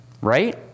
right